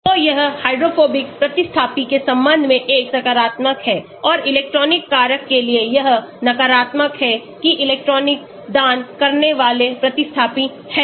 तो यह हाइड्रोफोबिक प्रतिस्थापी के संबंध में एक सकारात्मक है और इलेक्ट्रॉनिक कारक के लिए यह नकारात्मक है कि इलेक्ट्रॉनिक दान करने वाले प्रतिस्थापी हैं